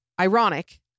Ironic